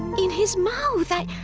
in his mouth i,